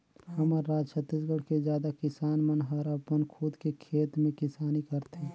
हमर राज छत्तीसगढ़ के जादा किसान मन हर अपन खुद के खेत में किसानी करथे